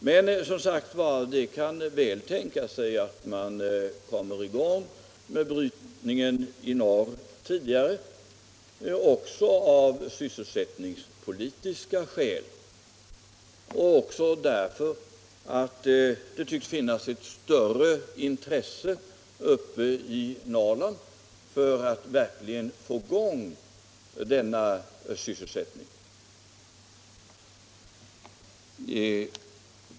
Men det kan som sagt väl tänkas att man tidigare kommer i gång med brytningen i Norrland, bl.a. av sysselsättningspolitiska skäl och också därför att det tycks finnas ett större intresse uppe i Norrland för att verkligen få i gång denna verksamhet.